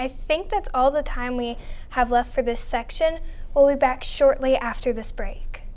i think that's all the time we have left for this section only back shortly after this break